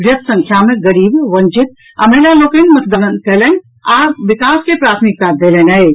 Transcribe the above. बृहत संख्या मे गरीब वंचित आ महिला लोकनि मतदान कयलनि अछि आ विकास के प्राथमिकता देलनि अछि